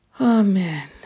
Amen